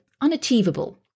unachievable